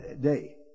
day